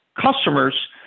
customers